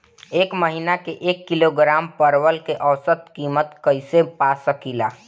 एक महिना के एक किलोग्राम परवल के औसत किमत कइसे पा सकिला?